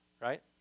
right